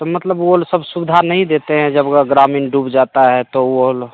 तो मतलब वो सब सुविधा नहीं देते हैं जब ग ग्रामीण डूब जाता है तो वो लोग